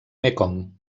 mekong